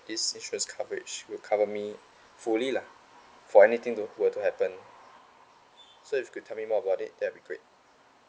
this insurance coverage will cover me fully lah for anything to were to happen so if you could tell me more about it that'd be great